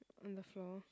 on the floor